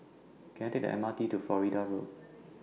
Can I Take The M R T to Florida Road